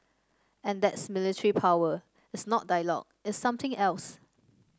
and that's military power it's not dialogue it's something else